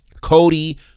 Cody